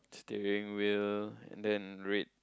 steering wheel then red